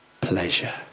pleasure